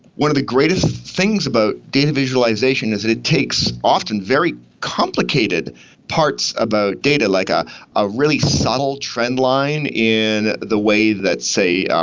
one of the greatest things about data visualisation is it it takes often very complicated parts about data, like a ah really subtle trend line in the way that, say,